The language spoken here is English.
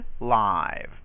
live